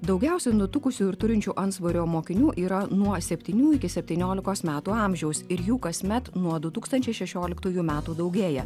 daugiausiai nutukusių ir turinčių antsvorio mokinių yra nuo septynių iki septyniolikos metų amžiaus ir jų kasmet nuo du tūkstančiai šešioliktųjų metų daugėja